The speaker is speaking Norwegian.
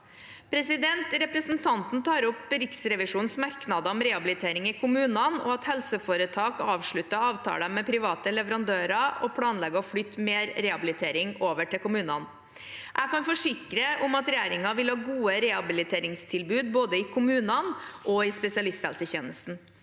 kunnskap. Representanten tar opp Riksrevisjonens merknader om rehabilitering i kommunene og at helseforetak avslutter avtaler med private leverandører og planlegger å flytte mer rehabilitering over til kommunene. Jeg kan forsikre om at regjeringen vil ha gode rehabiliteringstilbud både i kommunene og i spesialisthelsetjenesten.